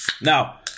Now